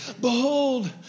Behold